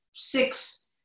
six